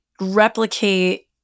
replicate